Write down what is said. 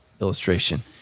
illustration